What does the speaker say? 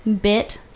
Bit